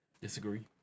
disagree